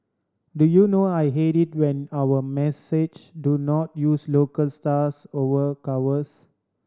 do you know I hate it when our massage do not use local stars over covers